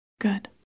Good